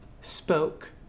spoke